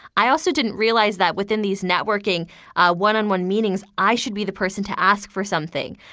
i also didn't realize that within these networking one-on-one meetings, i should be the person to ask for something.